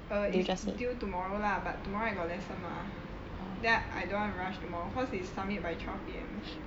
err is due tomorrow lah but tomorrow I got lesson mah then I I don't want to rush tomorrow cause is submit by twelve P_M